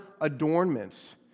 adornments